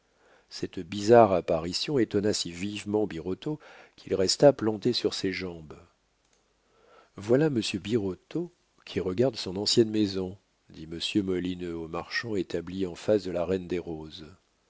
cette bizarre apparition étonna si vivement birotteau qu'il resta planté sur ses jambes voilà monsieur birotteau qui regarde son ancienne maison dit monsieur molineux au marchand établi en face de la reine des roses